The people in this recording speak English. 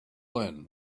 then